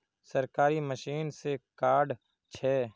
सरकारी मशीन से कार्ड छै?